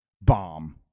bomb